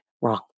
wrong